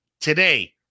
Today